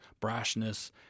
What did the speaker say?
brashness